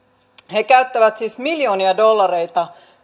he käyttävät siis miljoonia dollareita